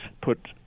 put